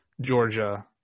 Georgia